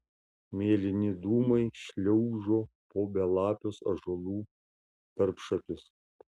mėlyni dūmai šliaužo po belapius ąžuolų tarpšakius